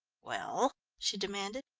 well? she demanded.